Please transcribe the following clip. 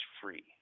free